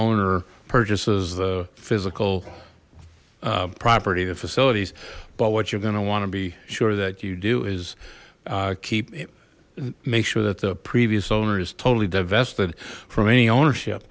owner purchases the physical property the facilities but what you're going to want to be sure that you do is keep make sure that the previous owner is totally divested from any ownership